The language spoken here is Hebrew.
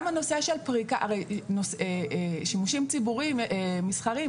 הרי שימושים ציבוריים מסחריים,